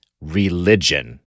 religion